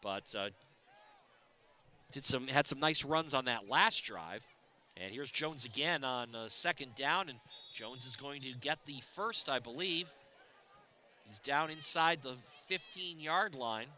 but i did some had some nice runs on that last drive and here's jones again on a second down and jones is going to get the first i believe he's down inside of fifteen yard line